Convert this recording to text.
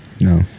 No